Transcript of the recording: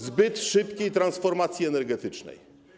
zbyt szybkiej transformacji energetycznej.